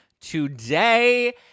today